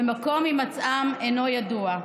ומקום הימצאם אינו ידוע.